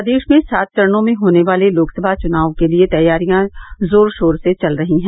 प्रदेश में सात चरणों में होने वाले लोकसभा चुनाव के लिये तैयारियां जोर शोर से चल रही है